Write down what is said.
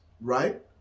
right